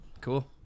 Cool